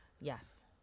Yes